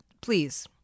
please